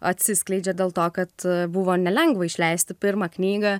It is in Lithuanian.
atsiskleidžia dėl to kad buvo nelengva išleisti pirmą knygą